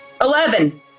Eleven